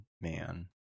Man